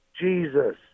Jesus